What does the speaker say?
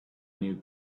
new